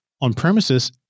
on-premises